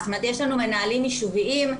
יש לנו מנהלים ישוביים,